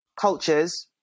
cultures